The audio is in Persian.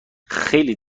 خیلی